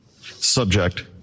subject